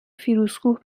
فیروزکوه